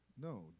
No